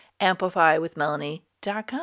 AmplifyWithMelanie.com